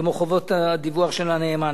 כמו חובות הדיווח של הנאמן,